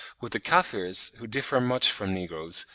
with the kaffirs, who differ much from negroes,